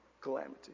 calamity